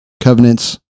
Covenants